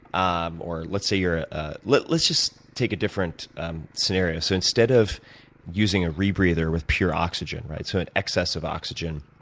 um or let's say you're ah let's let's just take a different scenario. so, instead of using a rebreather with pure oxygen, right, so an excess of oxygen,